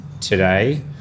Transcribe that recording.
today